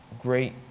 great